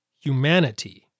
humanity